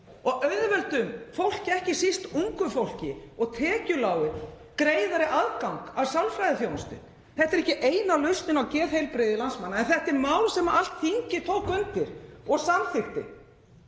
og auðveldum fólki, ekki síst ungu fólki og tekjulágu, greiðari aðgang að sálfræðiþjónustu? Þetta er ekki eina lausnin á geðheilbrigðismálum landsmanna. En þetta er mál sem allt þingið tók undir og samþykkti.